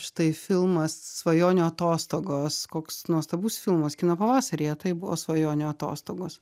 štai filmas svajonių atostogos koks nuostabus filmas kino pavasaryje tai buvo svajonių atostogos